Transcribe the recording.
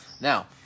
Now